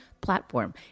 platform